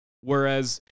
Whereas